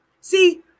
See